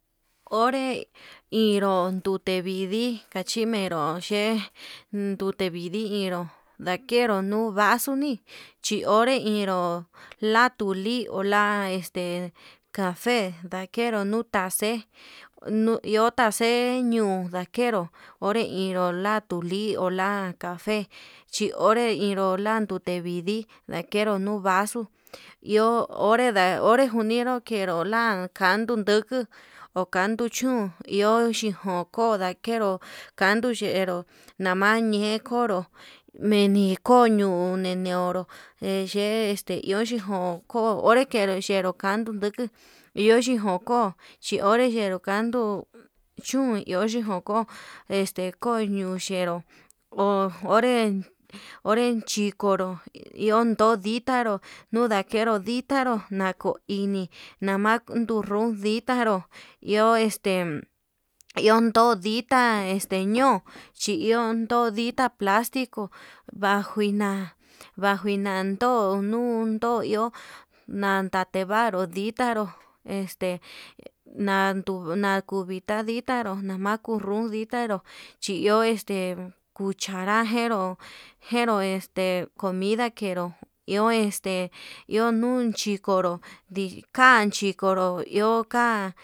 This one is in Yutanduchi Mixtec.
Onre inró ndute vidii kachi minro, xhe ndute vidii ninduu ndakenru nuu vasuni xhi onre vinruu la tuli la cafe, ndakenruu nuu taxe'e nu iho taxe'e ñuu ndakeru onre inruu la tuli o la cafe chi onre linru la rutevidii ndakenru nuu vaso iho onre njunidu keru la kanduu lukuu, ho kanduu chún iho chikojoda keruu kandu xhenru nama ñe'e konró meni koño neneniro neye'e este iho xhikon, onre kiero kanduku iho xhiko ko'o xhi onre kenru kanduu chun iho xhiko koko, este koo ñuxhero ho onren onren chikoro iho niun nditaro nuu ndakeru nditaru nako ini kama ko'o iho ditaru este iho no'o ditá este ño'o chi iho ño'o ditá plastico va'a njuina, vajuina ndo'o nuun ndo'o iho nandatevaru ditanro este naku nantu ditanru nama kunun kuu ditaru chinuu itaru uchara njeró njeró este, comida kenró iho este iho nuun chikonro ndin kan chikoro iho ka'a.